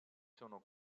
sono